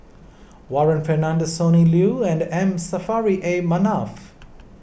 Warren Fernandez Sonny Liew and M Saffri A Manaf